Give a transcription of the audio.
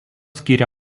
skyrė